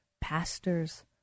pastors